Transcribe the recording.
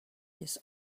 his